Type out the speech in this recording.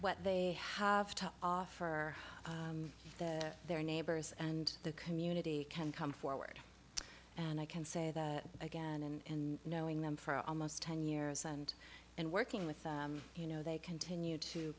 what they have to offer their neighbors and the community can come forward and i can say that again and knowing them for almost ten years and and working with them you know they continue to